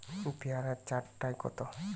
পেয়ারা চার টায় কত?